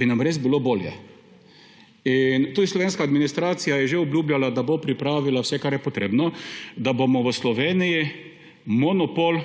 bi nam res bilo bolje. Slovenska administracija je tudi že obljubljala, da bo pripravila vse, kar je potrebno, da bomo v Sloveniji monopol